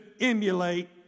emulate